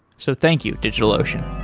so thank you, digitalocean